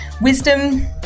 wisdom